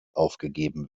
aufgegeben